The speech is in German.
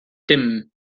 dimmen